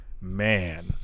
man